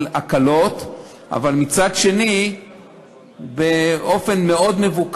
או יצטרכו זאת בימים שבהם הם לא יעבדו,